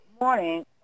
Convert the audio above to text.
morning